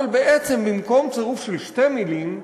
אבל בעצם במקום צירוף של שתי מילים,